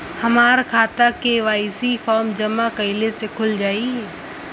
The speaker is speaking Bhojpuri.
हमार खाता के.वाइ.सी फार्म जमा कइले से खुल जाई?